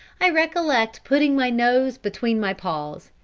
i recollect putting my nose between my paws,